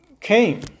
came